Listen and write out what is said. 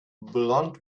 blond